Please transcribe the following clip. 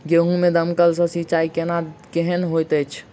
गेंहूँ मे दमकल सँ सिंचाई केनाइ केहन होइत अछि?